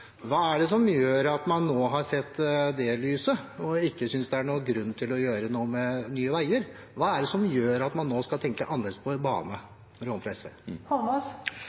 Hva er det som gjør at man nå har sett det lyset, og ikke synes det er noen grunn til å gjøre noe med Nye Veier? Hva er det som gjør at man nå skal tenke annerledes på bane?